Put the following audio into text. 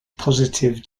positive